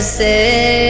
say